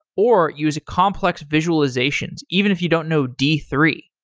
or use complex visualizations even if you don't know d three.